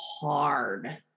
hard